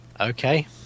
Okay